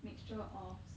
mixture of s~